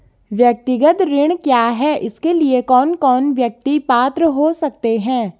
व्यक्तिगत ऋण क्या है इसके लिए कौन कौन व्यक्ति पात्र हो सकते हैं?